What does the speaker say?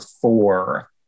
four